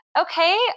okay